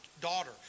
daughter